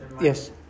Yes